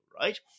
right